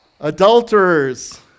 Adulterers